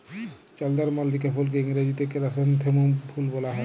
চলদরমল্লিকা ফুলকে ইংরাজিতে কেরাসনেথেমুম ফুল ব্যলা হ্যয়